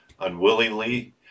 Unwillingly